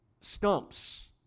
stumps